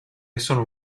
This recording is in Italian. sono